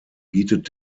bietet